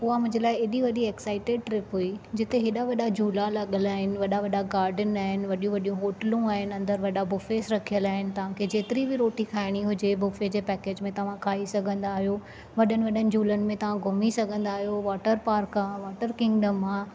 उहा मुंहिंजे लाइ ऐॾी वॾी एक्साइटेड ट्रिप हुई जिते हेॾा वॾा झूला लॻल आहिनि वॾा वॾा गार्डन आहिनि वॾियूं वॾियूं होटलूं आहिनि अंदर वॾा बुफ़ेस रखियल आहिनि तव्हां खे जेतिरी बि रोटी खाइणी हुजे बुफ़े जे पैकेज में तव्हां खाइ सघंदा आहियो वॾनि वॾनि झूलनि में तव्हां घुमी सघंदा आहियो वॉटर पार्क आहे वॉटर किंगडम आहे